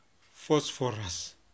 phosphorus